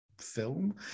film